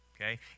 Okay